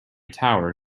tower